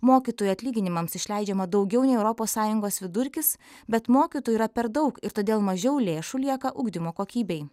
mokytojų atlyginimams išleidžiama daugiau nei europos sąjungos vidurkis bet mokytojų yra per daug ir todėl mažiau lėšų lieka ugdymo kokybei